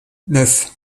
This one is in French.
neuf